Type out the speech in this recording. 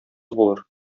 булыр